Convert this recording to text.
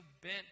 bent